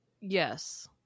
Yes